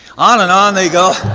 on and on they go.